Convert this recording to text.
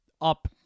up